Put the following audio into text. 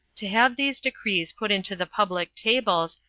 to have these decrees put into the public tables,